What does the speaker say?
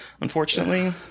unfortunately